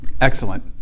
excellent